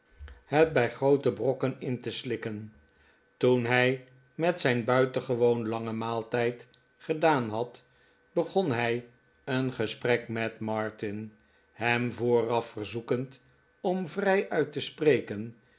raaf bij groote brokken in te slikken toen hij met zijn buitengewoon langen maaltijd gedaan had begon hij een gesprek met martin hem vooraf verzoekend om vrijuit te spreken